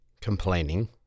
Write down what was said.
complaining